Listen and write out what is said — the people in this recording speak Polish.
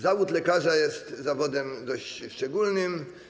Zawód lekarza jest zawodem dość szczególnym.